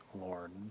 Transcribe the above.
Lord